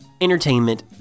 entertainment